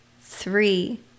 three